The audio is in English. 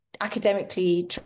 academically